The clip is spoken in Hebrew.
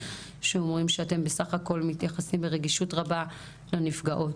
שאומרים שאתם בסך הכול מתייחסים ברגישות רבה לנפגעות,